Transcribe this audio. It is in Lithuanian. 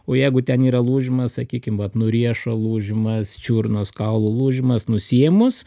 o jeigu ten yra lūžimas sakykim vat nuo riešo lūžimas čiurnos kaulų lūžimas nusiėmus